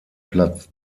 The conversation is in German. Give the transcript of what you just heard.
platz